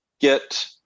get